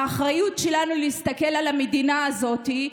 האחריות שלנו היא להסתכל על המדינה הזאת,